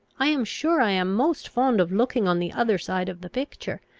i am sure i am most fond of looking on the other side of the picture,